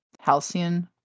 Halcyon